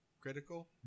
critical